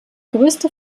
größte